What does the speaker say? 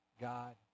God